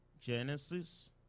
Genesis